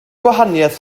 gwahaniaeth